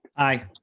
i.